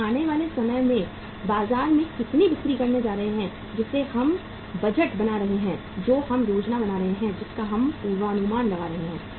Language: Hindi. हम आने वाले समय में बाजार में कितनी बिक्री करने जा रहे हैं जिसके लिए हम बजट बना रहे हैं जो हम योजना बना रहे हैं जिसका हम पूर्वानुमान लगा रहे हैं